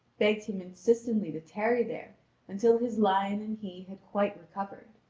begged him insistently to tarry there until his lion and he had quite recovered.